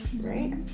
Right